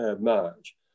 march